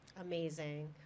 Amazing